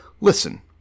listen